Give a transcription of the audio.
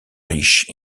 riche